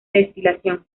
destilación